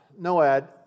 Noad